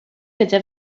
gyda